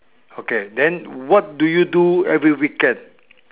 okay then what do you do every weekend